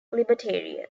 libertarian